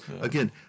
again